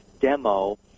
demo